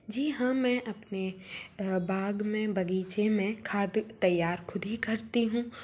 जी हाँ मैं अपने बाग में बगीचे में खाद तैयार खुद ही करती हूँ